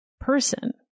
person